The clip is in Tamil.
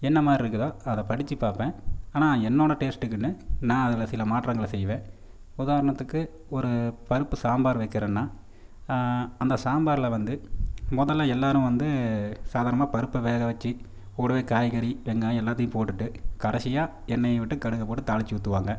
என்ன மாதிரி இருக்குதோ அதை படித்து பார்ப்பேன் ஆனால் என்னோடய டேஸ்ட்டுக்குனு நான் அதில் சில மாற்றங்களை செய்வேன் உதாரணத்துக்கு ஒரு பருப்பு சாம்பார் வைக்கிறேன்னா அந்த சாம்பாரில் வந்து முதல்ல எல்லோரும் வந்து சாதாரணமாக பருப்பை வேக வச்சு கூடவே காய்கறி வெங்காயம் எல்லாத்தையும் போட்டுட்டு கடைசியாக எண்ணெய் விட்டு கடுகு போட்டு தாளித்து ஊற்றுவாங்க